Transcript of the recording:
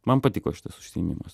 man patiko šitas užsiėmimas